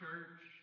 church